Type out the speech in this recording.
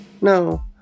No